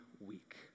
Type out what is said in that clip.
week